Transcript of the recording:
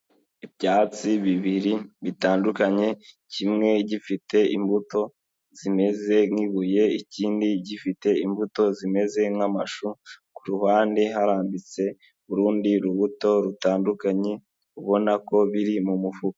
Ibyatsi bibiri bitandukanye kimwe gifite imbuto zimeze nk'ibuye, ikindi gifite imbuto zimeze nk'amashu, ku ruhande harambitse urundi rubuto rutandukanye, ubona ko biri mu mufuka.